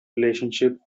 relationship